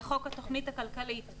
לחוק התוכנית הכלכלית ...